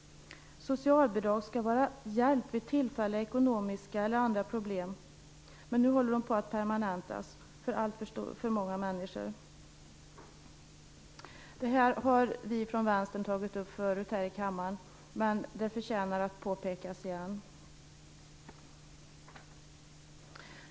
Socialbidrag skall vara hjälp vid tillfälliga ekonomiska eller andra problem, men nu håller de på att permanentas för alltför många människor. Det här har vi från Vänstern tagit upp förut här i kammaren, men det förtjänar att påpekas igen.